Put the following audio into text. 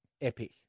epic